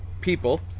people